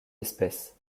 espèces